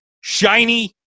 Shiny